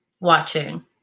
watching